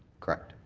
correct.